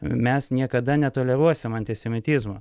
mes niekada netoleruosim antisemitizmo